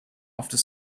after